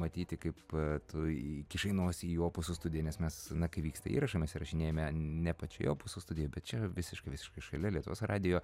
matyti kaip tu įkišai nosį į opuso studiją nes mes na kai vyksta įrašai mes įrašinėjame ne pačioje opuso studijoj bet čia visiškai visiškai šalia lietuvos radijo